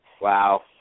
Wow